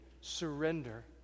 surrender